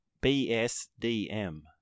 B-S-D-M